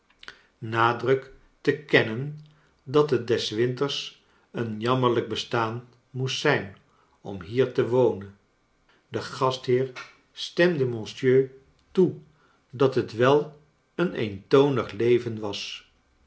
te kennen dat het des winters een jammerlijk bestaan moest zijn om hier te wonen de gastheer stemde monsieur toe dat het wel een eentonig leven was